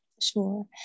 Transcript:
Sure